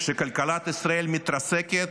שכלכלת ישראל מתרסקת,